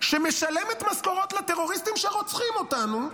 שמשלמת משכורות לטרוריסטים שרוצחים אותנו,